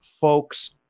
folks